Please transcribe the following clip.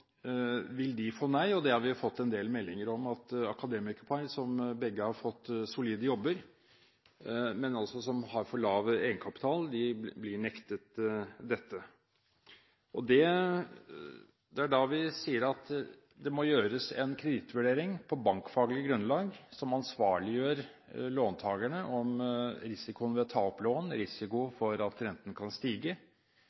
vil få nei. Og vi har fått en del meldinger om at akademikerpar, der begge har fått solide jobber, men som altså har for lav egenkapital, blir nektet dette. Det er da vi sier at det må gjøres en kredittvurdering, på bankfaglig grunnlag, som ansvarliggjør låntakerne med hensyn til risikoen ved å ta opp lån – risiko